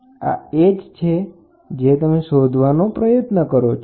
આ h છે જે તમે શોધવાનો પ્રયત્ન કરો છો